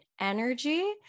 energy